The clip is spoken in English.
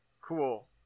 Cool